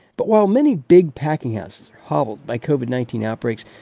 but while many big packing houses are hobbled by covid nineteen outbreaks,